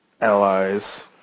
allies